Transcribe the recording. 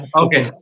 okay